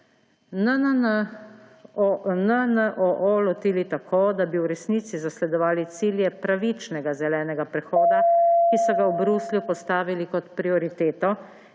NNOO lotili tako, da bi v resnici zasledovali cilje pravičnega zelenega prehoda, ki so ga v Bruslju postavili kot prioriteto,